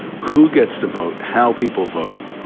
who gets to vote, how people vote,